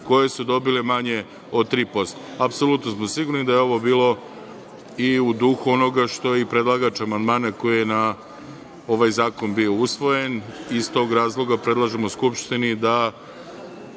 koje su dobile manje od 3%.Apsolutno smo sigurni da je ovo bilo i u duhu onoga što je i predlagač amandmana koji je na ovaj zakon bio usvojen i iz tog razloga predlažemo Skupštini da